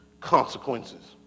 consequences